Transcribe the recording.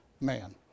man